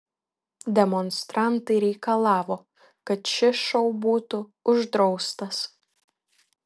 demonstrantai reikalavo kad šis šou būtų uždraustas